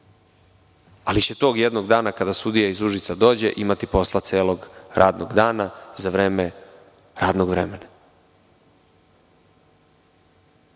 ali će tog jednog dana kada sudija iz Užica dođe imati posla celog radnog dana za vreme radnog vremena. Ovo